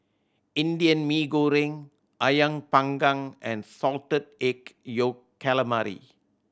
Indian Mee Goreng Ayam Panggang and Salted Egg Yolk Calamari